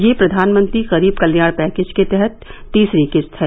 यह प्रधानमंत्री गरीब कल्याण पैकेज के तहत तीसरी किस्त है